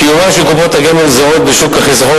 קיומן של קופות גמל זהות בשוק החיסכון